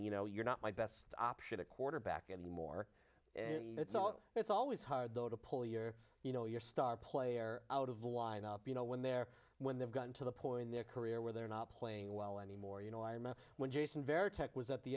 manning you know you're not my best option a quarterback anymore and so it's always hard though to pull your you know your star player out of lineup you know when they're when they've gotten to the point in their career where they're not playing well anymore you know i remember when jason varitek was at the